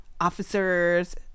officers